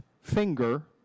finger